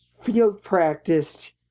field-practiced